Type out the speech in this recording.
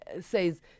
says